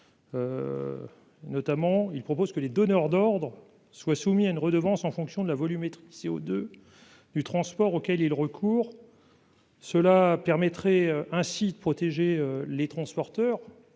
en prévoyant que les donneurs d'ordres soient soumis à une redevance en fonction de la volumétrie CO2 du transport auquel ils recourent. L'idée est aussi de protéger les transporteurs,